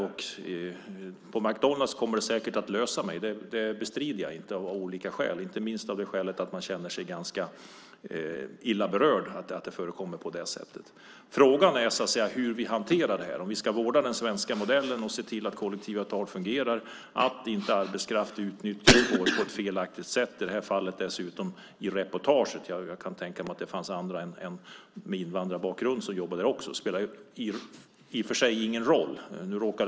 Jag bestrider inte att det kommer att lösa sig på McDonalds, inte minst av det skälet att man känner sig ganska illa berörd över att det förekommer sådant. Frågan är hur vi hanterar detta, hur vi ska vårda den svenska modellen och se till att kollektivavtalen fungerar så att arbetskraft inte utnyttjas på ett felaktigt sätt. I reportaget handlade det om människor med invandrarbakgrund. Jag kan tänka mig att det även fanns andra.